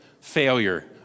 failure